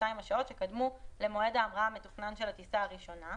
השעות שקדמו למועד ההמראה המתוכנן של הטיסה הראשונה,